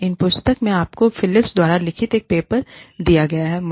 इस पुस्तक में आपको फिलिप्स द्वारा लिखित एक पेपर दिया गया है